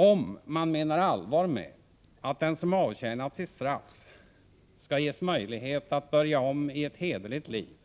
Om vi menar allvar med att den som avtjänat sitt straff skall ges möjlighet att börja om i ett hederligt liv,